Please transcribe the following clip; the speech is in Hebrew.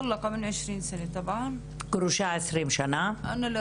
גרושה 20 שנה,